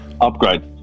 upgrade